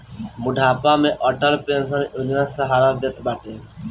बुढ़ापा में अटल पेंशन योजना सहारा देत बाटे